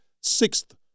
sixth